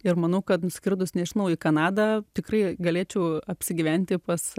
ir manau kad nuskridus nežinau į kanadą tikrai galėčiau apsigyventi pas